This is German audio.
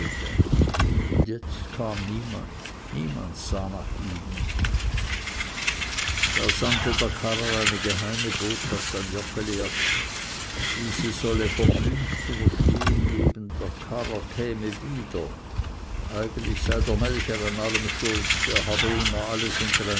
und jetzt kam niemand niemand sah nach ihnen da sandte der karrer eine geheime botschaft an joggeli ab diese sollte verblümt zu verstehen geben der karrer käme wieder eigentlich sei der melcher an allem schuld der habe immer alles